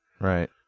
right